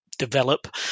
develop